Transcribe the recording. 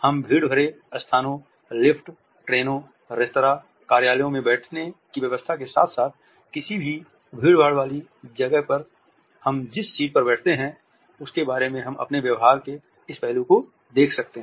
हम भीड़ भरे स्थानों लिफ्ट ट्रेनों रेस्तरां कार्यालयों में बैठने की व्यवस्था के साथ साथ किसी भी भीड़ भाड़ वाली जगह पर हम जिस सीट पर बैठते हैं उसके बारे में हम अपने व्यवहार के इस पहलू को देख सकते हैं